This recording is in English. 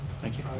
thank you.